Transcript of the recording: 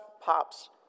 pops